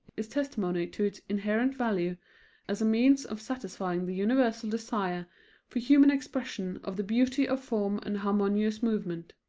is testimony to its inherent value as a means of satisfying the universal desire for human expression of the beauty of form and harmonious movement.